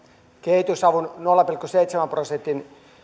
kehitysavun nolla pilkku seitsemän prosentin